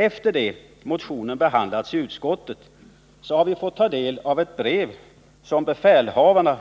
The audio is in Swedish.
Efter det att motionen behandlats i utskottet har vi fått ta del av ett brev som befälhavarna